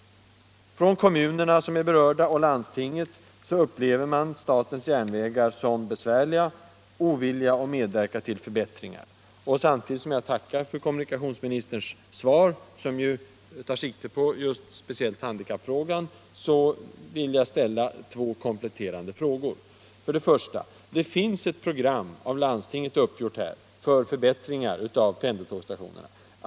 I de kommuner som är berörda och i landstinget upplever man statens järnvägar som besvärliga och ovilliga att medverka till förbättringar. Samtidigt som jag tackar för kommunikationsministerns svar, som speciellt tar sikte på handikappfrågan, vill jag ställa två kompletterande frågor: 1. Det finns ett av landstinget uppgjort program för förbättring av pendeltågsstationerna.